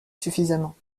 suffisamment